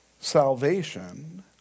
salvation